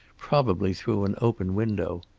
probably through an open window.